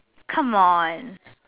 come on